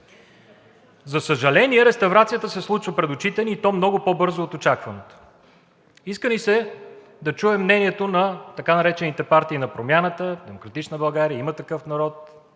За съжаление, реставрацията се случва пред очите ни, и то много по-бързо от очакваното. Иска ни се да чуем мнението на така наречените партии на промяната – „Демократична България“, „Има такъв народ“,